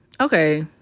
okay